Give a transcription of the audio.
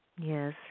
Yes